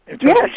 Yes